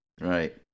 right